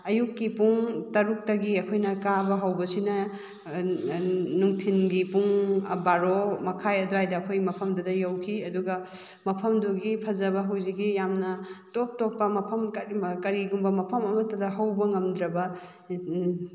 ꯑꯌꯨꯛꯀꯤ ꯄꯨꯡ ꯇꯔꯨꯛꯇꯒꯤ ꯑꯩꯈꯣꯏꯅ ꯀꯥꯕ ꯍꯧꯕꯁꯤꯅ ꯅꯨꯡꯊꯤꯟꯒꯤ ꯄꯨꯡ ꯕꯥꯔꯣ ꯃꯈꯥꯏ ꯑꯗ꯭ꯋꯥꯏꯗ ꯑꯩꯈꯣꯏ ꯃꯐꯝꯗꯨꯗ ꯌꯧꯈꯤ ꯑꯗꯨꯒ ꯃꯐꯝꯗꯨꯒꯤ ꯐꯖꯕ ꯍꯧꯖꯤꯛꯀꯤ ꯌꯥꯝꯅ ꯇꯣꯞ ꯇꯣꯞꯄ ꯃꯐꯝ ꯀꯔꯤꯒꯨꯝꯕ ꯃꯐꯝ ꯑꯃꯠꯇꯗ ꯍꯧꯕ ꯉꯝꯗ꯭ꯔꯕ